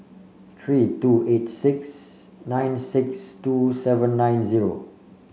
three two eight six nine six two seven nine zero